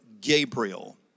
Gabriel